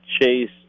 Chase